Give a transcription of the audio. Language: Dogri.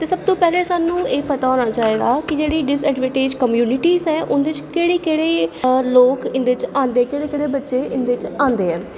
ते सब तू पैह्लें सानूं एह् पता होना चाहिदा कि जेह्ड़ी डिसएडवेंटेज़ कम्युनिटी ऐं उं'दे च केह्ड़े केह्ड़े लोक इं'दे च आंदे केह्ड़े केह्ड़े बच्चे इं'दे च आंदे ऐ